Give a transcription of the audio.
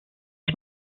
ich